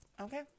okay